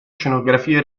scenografie